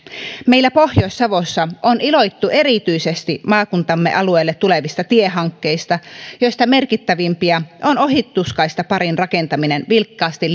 meillä pohjois savossa on iloittu erityisesti maakuntamme alueelle tulevista tiehankkeista joista merkittävimpiä on ohituskaistaparin rakentaminen vilkkaasti